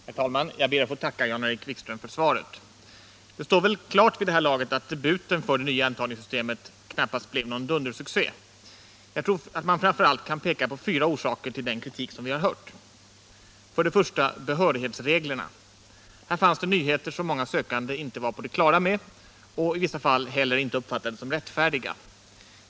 Herr talman! Jag ber att få tacka Jan-Erik Wikström för svaret. Det står väl vid det här laget klart att debuten för det nya antagningssystemet knappast blev någon dundersuccé. Jag tror att man framför allt kan peka på fyra orsaker till den kritik som vi har hört. För det första behörighetsreglerna. Här fanns det nyheter som många sökande inte var på det klara med och i vissa fall inte heller uppfattade som rättfärdiga.